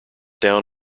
down